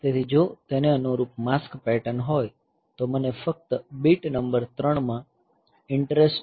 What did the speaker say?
તેથી જો અનુરૂપ માસ્ક પેટર્ન હોય તો મને ફક્ત બીટ નંબર 3 માં ઈંટરેસ્ટ છે